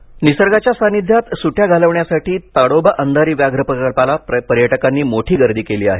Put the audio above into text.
ताडोबा निसर्गाच्या सानिध्यात सुट्या घालवण्यासाठी ताडोबा अंधारी व्याघ्र प्रकल्पाला पर्यटकांनी मोठी गर्दी केली आहे